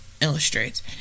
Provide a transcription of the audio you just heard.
Illustrates